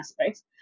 aspects